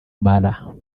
mara